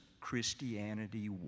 Christianity